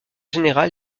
général